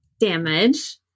damage